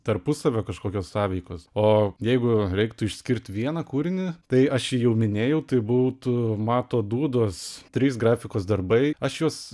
tarpusavio kažkokios sąveikos o jeigu reiktų išskirt vieną kūrinį tai aš jau minėjau tai būtų mato dūdos trys grafikos darbai aš juos